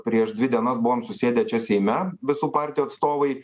prieš dvi dienas buvom susėdę čia seime visų partijų atstovai